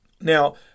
Now